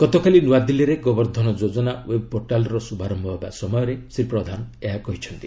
ଗତକାଲି ନୂଆଦିଲ୍ଲୀରେ ଗୋବର୍ଦ୍ଧନ ଯୋଜନା ଓ୍ୱେବ୍ପୋର୍ଟାଲ୍ର ଶୁଭାରମ୍ଭ ହେବା ସମୟରେ ଶ୍ରୀ ପ୍ରଧାନ ଏହା କହିଛନ୍ତି